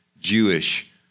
Jewish